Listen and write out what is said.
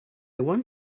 want